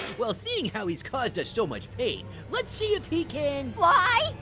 well seeing how he's caused us so much pain, let's see if he can fly?